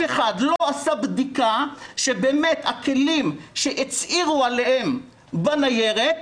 אחד לא עשה בדיקה שבאמת הכלים שהצהירו עליהם בניירת,